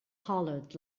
hollered